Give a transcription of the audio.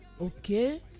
Okay